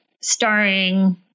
starring